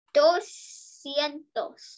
doscientos